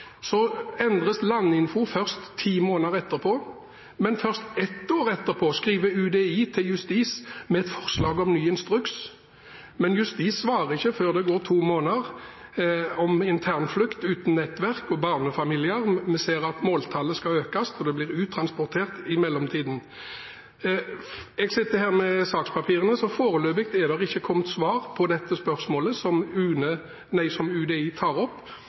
Så endres Landinfo først ti måneder etterpå, og ett år etterpå skriver UDI et forslag om en ny instruks til Justisdepartementet, men Justisdepartementet svarer ikke på det med internflukt uten nettverk og barnefamilier før det går to måneder. Man ser at måltallet skal økes, og det foregår i mellomtiden uttransportering. Jeg sitter her med sakspapirene. Foreløpig er det ikke kommet svar på spørsmålet som UDI tar opp, noe som